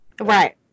right